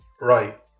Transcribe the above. right